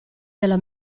della